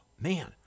Man